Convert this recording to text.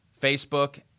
Facebook